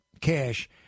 cash